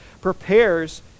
prepares